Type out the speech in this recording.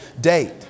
date